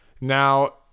Now